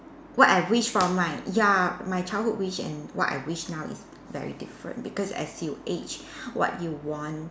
what I wished from my ya my childhood wish and what I wish now is very different because as you age what you want